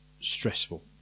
stressful